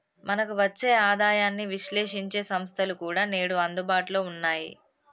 మనకు వచ్చే ఆదాయాన్ని విశ్లేశించే సంస్థలు కూడా నేడు అందుబాటులో ఉన్నాయి